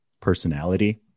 personality